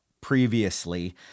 previously